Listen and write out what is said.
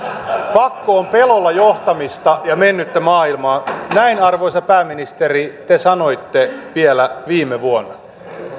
pakko on pelolla johtamista ja mennyttä maailmaa näin arvoisa pääministeri te sanoitte vielä viime vuonna